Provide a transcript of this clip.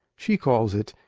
she calls it,